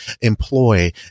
employ